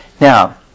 Now